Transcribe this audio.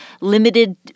limited